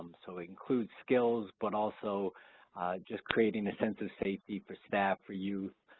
um so it includes skills, but also just creating a sense of safety for staff, for youth